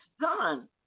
done